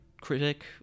critic